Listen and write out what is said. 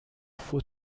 faux